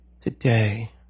today